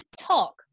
talk